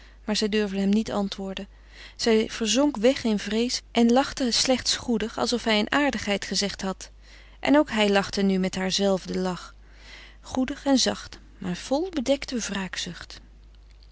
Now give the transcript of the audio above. maar zij durfde hem niet antwoorden zij verzonk weg in vrees en lachte slechts goedig alsof hij een aardigheid gezegd had en ook hij lachte nu met haar zelfden lach goedig en zacht maar vol bedekte